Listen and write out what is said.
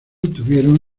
tuvieron